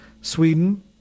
Sweden